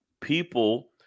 people